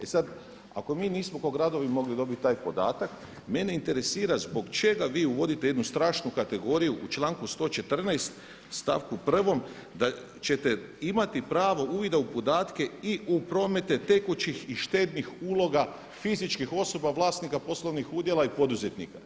E sada ako mi nismo kao gradovi mogli dobiti taj podatak, mene interesira zbog čega vi uvodite jednu strašnu kategoriju u članku 114. stavku 1. da ćete imati pravo uvida u podatke i u promete tekućih i štednih uloga fizičkih osoba vlasnika poslovnih udjela i poduzetnika.